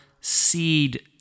seed